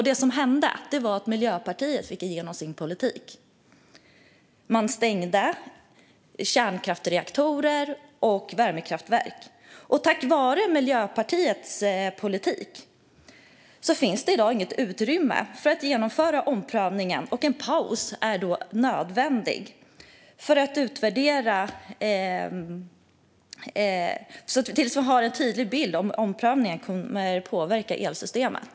Det som hände var att Miljöpartiet fick igenom sin politik. Man stängde kärnkraftsreaktorer och värmekraftverk. På grund av Miljöpartiets politik finns det i dag inget utrymme för att genomföra omprövningen. En paus är då nödvändig tills vi har en tydlig bild av hur omprövningen kommer att påverka elsystemet.